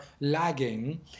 lagging